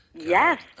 Yes